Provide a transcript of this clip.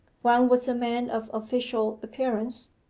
one was a man of official appearance,